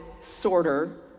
sorter